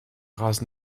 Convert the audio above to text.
rasen